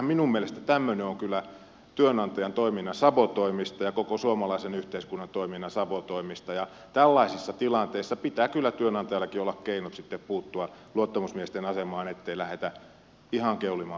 minun mielestäni tämmöinen on kyllä työnantajan toiminnan sabotoimista ja koko suomalaisen yhteiskunnan toiminnan sabotoimista ja tällaisissa tilanteissa pitää kyllä työnantajallakin olla keinot sitten puuttua luottamusmiesten asemaan ettei lähdetä ihan keulimaan pikkuasioista